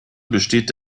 besteht